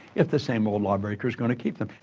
if the same old lawbreaker is going to keep them?